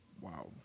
Wow